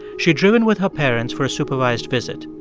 she'd driven with her parents for a supervised visit.